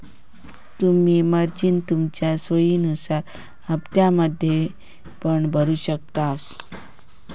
तुम्ही मार्जिन तुमच्या सोयीनुसार हप्त्त्यांमध्ये पण भरु शकतास